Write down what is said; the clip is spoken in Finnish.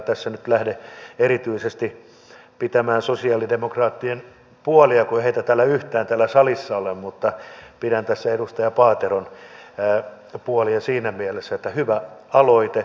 tässä en nyt lähde erityisesti pitämään sosialidemokraattien puolia kun heitä ei yhtään täällä salissa ole mutta pidän tässä edustaja paateron puolia siinä mielessä että hyvä aloite